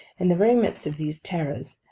in the very midst of these terrors,